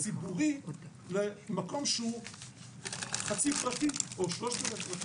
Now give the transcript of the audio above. ציבורי למקום שהוא חצי פרטי או שלושת רבעי פרטי.